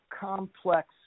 complex